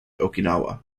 okinawa